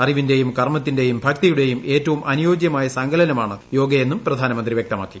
അറിവിന്റെയും കർമത്തിന്റെയും ഭക്തിയുടെയും ഏറ്റവും അനുയോജ്യമായ സങ്കലനമാണ് യോഗയെന്നും പ്രധാനമന്ത്രി വ്യക്തമാക്കി